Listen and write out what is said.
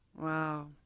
Wow